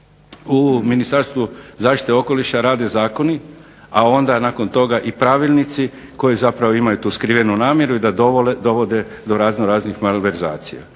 u Ministarstvu zaštite okoliša rade zakoni, a onda nakon toga i pravilnici koji zapravo imaju tu skrivenu namjeru i da dovode do raznoraznih malverzacija.